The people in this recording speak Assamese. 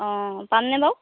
অ পামনে বাৰু